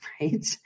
right